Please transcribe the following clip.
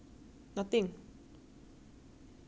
that one I think is a reli~ is it a religion thing